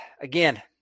again